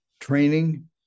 training